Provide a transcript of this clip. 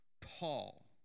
Paul